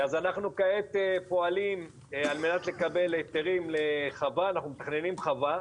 אנחנו מתכננים חווה,